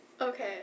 Okay